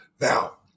Now